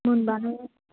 मोनबानो